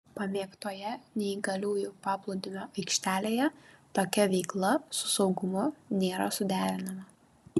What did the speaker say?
pamėgtoje neįgaliųjų paplūdimio aikštelėje tokia veikla su saugumu nėra suderinama